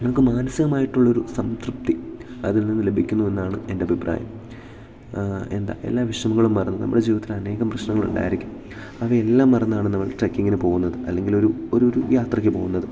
നമുക്ക് മാനസികമായിട്ടുള്ളൊരു സംതൃപ്തി അതിൽ നിന്ന് ലഭിക്കുന്നു എന്നാണ് എൻ്റെ അഭിപ്രായം എന്താ എല്ലാ വിഷമങ്ങളും മറന്ന് നമ്മുടെ ജീവിതത്തിൽ അനേകം പ്രശ്നങ്ങളുണ്ടായിരിക്കും അവയെല്ലാം മറന്നാണ് നമ്മൾ ട്രക്കിങ്ങിന് പോകുന്നത് അല്ലെങ്കിൽ ഒരു ഒരുരു യാത്രക്ക് പോകുന്നത്